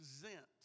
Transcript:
present